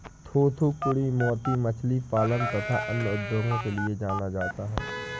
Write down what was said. थूथूकुड़ी मोती मछली पालन तथा अन्य उद्योगों के लिए जाना जाता है